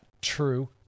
true